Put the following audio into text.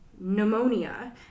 pneumonia